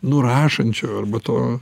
nurašančio arba to